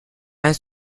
and